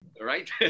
right